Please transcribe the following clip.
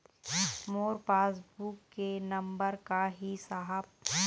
मोर passbook के number का ही साहब?